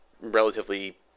relatively